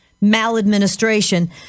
maladministration